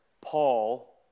Paul